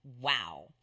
Wow